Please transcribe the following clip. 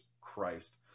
christ